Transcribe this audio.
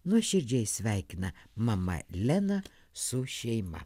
nuoširdžiai sveikina mama lena su šeima